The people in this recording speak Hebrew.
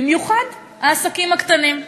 במיוחד העסקים הקטנים.